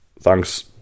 Thanks